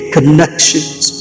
connections